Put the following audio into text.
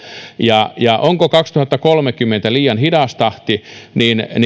onko kaksituhattakolmekymmentä liian hidas tahti